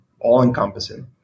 all-encompassing